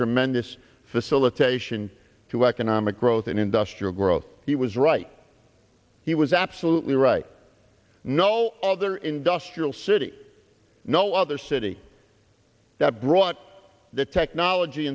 tremendous facility station to economic growth and industrial growth he was right he was absolutely right no other industrial city no other city that brought the technology